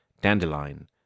dandelion